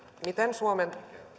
suomen